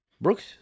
Brooks